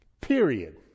period